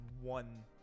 one